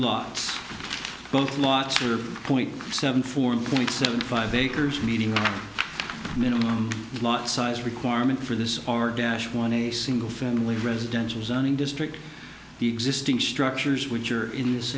lot both lot of point seven four point seven five acres meeting minimum lot size requirement for this or dash one a single family residential zoning district the existing structures which are in this